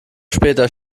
später